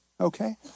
Okay